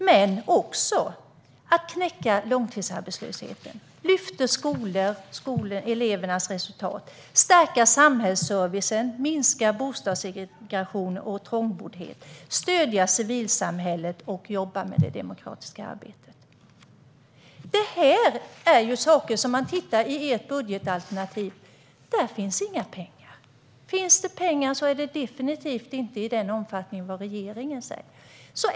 Men det gäller också att knäcka långtidsarbetslösheten, att lyfta upp skolor och elevernas resultat, att stärka samhällsservicen, att minska bostadssegregationen och trångboddheten, att stödja civilsamhället och att ägna sig åt det demokratiska arbetet. Om man tittar på ert budgetalternativ kan man se att det inte finns några pengar till sådana här saker, och om det finns pengar så är det definitivt inte i samma omfattning som regeringen föreslår.